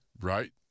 right